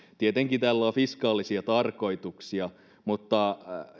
tietenkin tällä on fiskaalisia tarkoituksia mutta